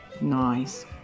nice